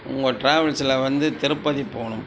உங்கள் டிராவல்ஸில் வந்து திருப்பதி போகனும்